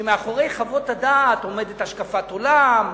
שמאחורי חוות הדעת עומדת השקפת עולם,